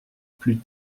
plus